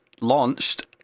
launched